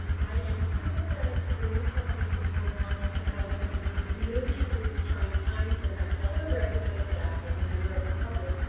i am sympathetic to the newport-mesa board wanting to have some continuity through these trying times. and i also recognize that as a member of the public,